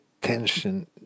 tension